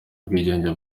ubwigenge